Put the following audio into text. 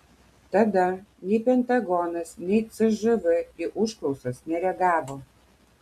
tada nei pentagonas nei cžv į užklausas nereagavo